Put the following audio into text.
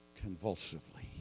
convulsively